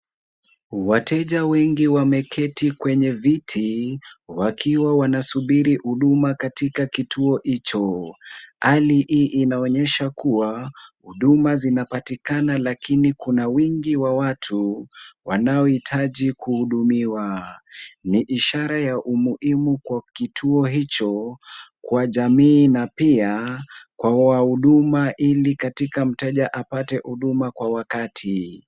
Wateja wengi wameketi kwenye viti wakiwa wanasuburi huduma katika kituo hicho. Hali hii inaonyesha kuwa huduma zinapatikana lakini kuna wingi wa watu wanaohitaji kuhudumiwa. Ni ishara ya umuhimu kwa kituo hicho kwa jamii na pia kwa wahuduma ili mteja apate huduma kwa wakati.